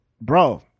bro